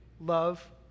love